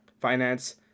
finance